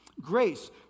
Grace